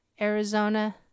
Arizona